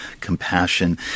compassion